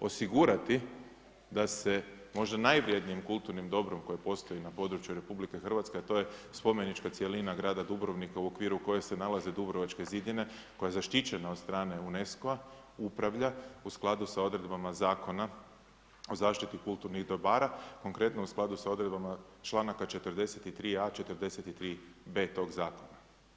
osigurati da se možda najvrednijim kulturnim dobrom koje postoji na području RH, a to je spomenička cjelina grada Dubrovnika u okviru koje se nalaze dubrovačke zidine, koja je zaštićena od strane UNESCO-a upravlja u skladu sa odredbama Zakona o zaštiti kulturnih dobara, konkretno u skladu sa odredbama članaka 43.a, 43.b tog Zakona.